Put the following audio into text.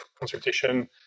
consultation